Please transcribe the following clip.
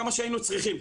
כמה שהיינו צריכים.